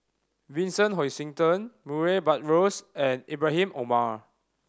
Vincent Hoisington Murray Buttrose and Ibrahim Omar